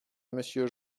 monsieur